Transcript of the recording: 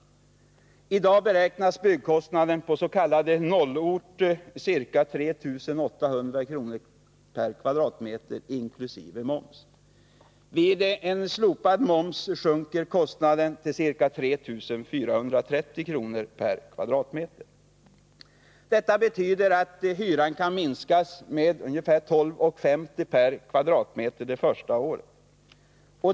I dag beräknas byggkostnaden på s.k. 0-ort till ca 3 800 kr. m?. Detta betyder att hyran kan minskas med 12:50 kr./m? det första året.